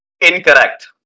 incorrect